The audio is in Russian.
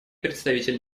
представитель